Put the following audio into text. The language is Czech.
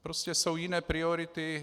Prostě jsou jiné priority.